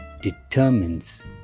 determines